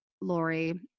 Lori